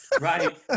Right